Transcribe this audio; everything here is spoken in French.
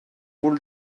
rôle